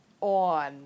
on